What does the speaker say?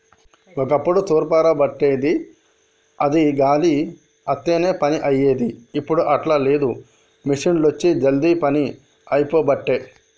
ఒక్కప్పుడు తూర్పార బట్టేది అది గాలి వత్తనే పని అయ్యేది, ఇప్పుడు అట్లా లేదు మిషిండ్లొచ్చి జల్దీ పని అయిపోబట్టే